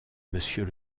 monsieur